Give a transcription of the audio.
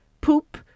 poop